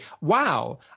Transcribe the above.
wow